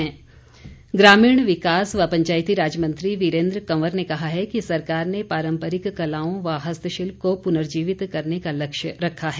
वीरेन्द्र कंवर ग्रामीण विकास व पंचायती राज मंत्री वीरेन्द्र कंवर ने कहा है कि सरकार ने पारम्परिक कलाओं व हस्तशिल्प को पुनर्जीवित करने का लक्ष्य रखा है